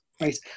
right